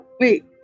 Wait